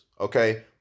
okay